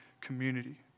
community